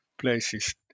places